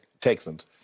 Texans